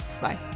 Bye